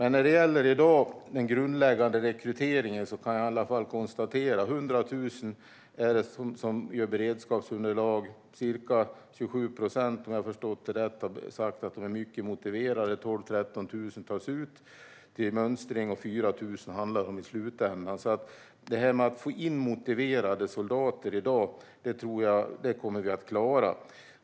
När det gäller den grundläggande rekryteringen kan jag konstatera att 100 000 utgör beredskapsunderlag, att ca 27 procent, om jag har förstått rätt, har sagt att de är mycket motiverade, att 12 000-13 000 tas ut till mönstring och att det handlar om 4 000 i slutändan. Att få in motiverade soldater i dag tror jag att vi kommer att klara.